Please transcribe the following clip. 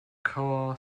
car